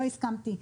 לא הסמכתי.